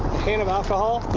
hint of alcohol.